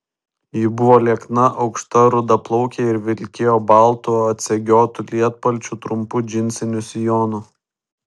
ji buvo liekna aukšta rudaplaukė ir vilkėjo baltu atsegiotu lietpalčiu trumpu džinsiniu sijonu